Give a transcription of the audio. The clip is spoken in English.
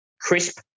Crisp